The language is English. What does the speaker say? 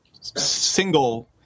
single